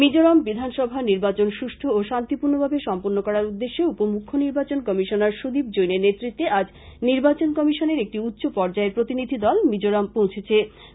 মিজোরাম বিধানসভার নির্বাচন সুষ্ঠ ও শান্তিপূর্ণভাবে সম্পন্ন করার উদ্দেশ্যে উপ মুখ্য নির্বাচন কমিশনার সুদীপ জৈনের নেতৃত্বে আজ নির্বাচন কমিশনের একটি উচ্চপর্যায়ের প্রতিনিধিদল মিজোরাম পৌচেছে